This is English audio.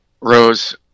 rose